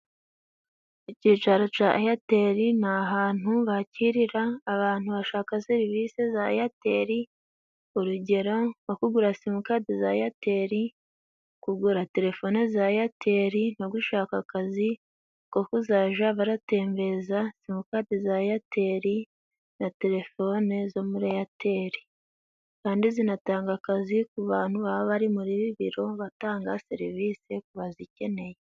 Icyicaro ca Eyateli ni ahantu bakirira abantu bashaka serivisi za Eyateli. urugero nko kugura simukadi za Eyateli, kugura telefone za Eyateli no gushaka akazi ko kuzaja baratembereza simukadi za Eyateli na telefone zo muri Eyateli. Kandi zinatanga akazi ku bantu baba bari muri ibi biro batanga serivisi kubazikeneye.